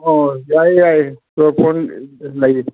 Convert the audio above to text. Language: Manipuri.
ꯍꯣꯏ ꯌꯥꯏꯌꯦ ꯌꯥꯏꯌꯦ ꯆꯣꯔꯐꯣꯟ ꯂꯩ